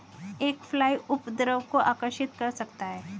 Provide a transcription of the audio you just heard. एक फ्लाई उपद्रव को आकर्षित कर सकता है?